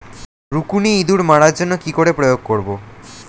রুকুনি ইঁদুর মারার জন্য কি করে প্রয়োগ করব?